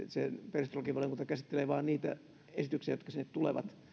perustuslakivaliokunta käsittelee vain niitä esityksiä jotka sinne tulevat